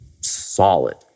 solid